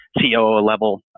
COO-level